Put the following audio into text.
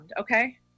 Okay